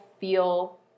feel